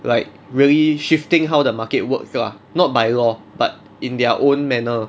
like really shifting how the market works lah not by law but in their own manner